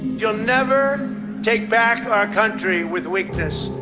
you'll never take back our country with weakness.